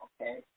Okay